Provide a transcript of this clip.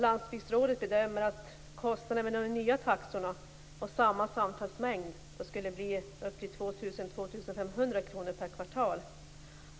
Landsbygdsrådet bedömer att kostnaden med de nya taxorna och samma samtalsmängd skulle bli 2 000 2 500 kr per kvartal.